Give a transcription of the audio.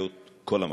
מגיעות כל המחמאות.